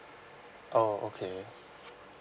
oh okay